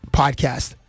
podcast